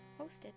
Hosted